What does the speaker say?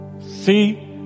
See